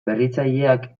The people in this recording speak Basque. berritzaileak